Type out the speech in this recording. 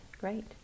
great